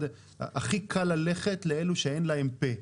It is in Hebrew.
הכי קל ללכת לאלו שאין להם פה,